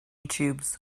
tubes